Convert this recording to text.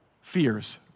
fears